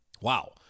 wow